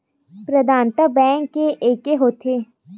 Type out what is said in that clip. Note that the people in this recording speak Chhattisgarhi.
प्रदाता बैंक के एके होथे?